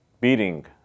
beating